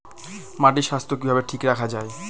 মাটির স্বাস্থ্য কিভাবে ঠিক রাখা যায়?